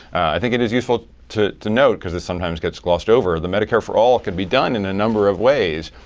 i think it is useful to to note, because this sometimes gets glossed over, the medicare for all it could be done in a number of ways.